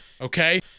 okay